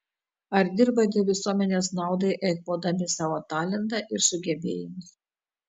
ar dirbate visuomenės naudai eikvodami savo talentą ir sugebėjimus